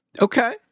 Okay